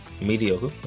mediocre